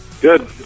Good